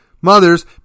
mothers